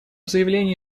заявлении